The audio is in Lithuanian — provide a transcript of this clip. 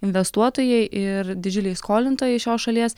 investuotojai ir didžiuliai skolintojai šios šalies